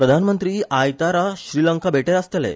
प्रधानमंत्री आयतारा श्रीलंका भेटेर आसतले